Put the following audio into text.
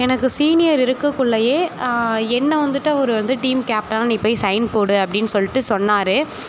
எனக்கு சீனியர் இருக்குக்குள்ளேயே என்னை வந்துட்டு ஒரு வந்து டீம் கேப்டனாக நீ போய் சைன் போடு அப்படின்னு சொல்லிட்டு சொன்னார்